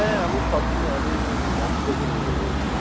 হ্যাঁ আমি সব চিনি আমি আপনাদেরকে নিয়ে যাবো ওখানে